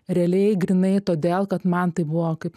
realiai grynai todėl kad man tai buvo kaip